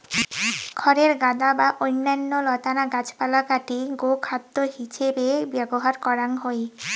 খড়ের গাদা বা অইন্যান্য লতানা গাছপালা কাটি গোখাদ্য হিছেবে ব্যবহার করাং হই